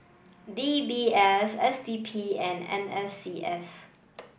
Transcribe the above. D B S S D P and N S C S